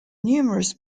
numerous